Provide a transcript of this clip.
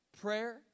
Prayer